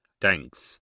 Thanks